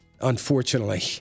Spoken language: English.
unfortunately